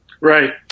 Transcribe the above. Right